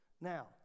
Now